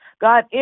God